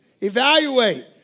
Evaluate